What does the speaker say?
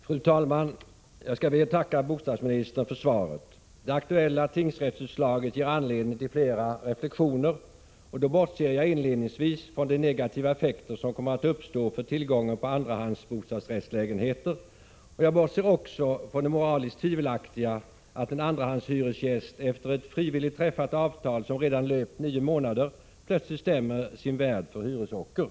Fru talman! Jag skall be att få tacka bostadsministern för svaret. Det aktuella tingsrättsutslaget ger anledning till flera reflexioner, och då bortser jag inledningsvis från de negativa effekter som kommer att uppstå för tillgången på andrahandsbostadsrättslägenheter. Jag bortser också från det moraliskt tvivelaktiga i att en andrahandshyresgäst efter ett frivilligt träffat avtal, som redan löpt nio månader, plötsligt stämmer sin värd för hyresocker.